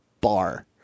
bar